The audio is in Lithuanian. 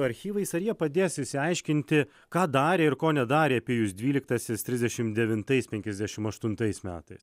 archyvais ar jie padės išsiaiškinti ką darė ir ko nedarė pijus dvyliktasis trisdešim devintais penkiasdešim aštuntais metais